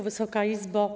Wysoka Izbo!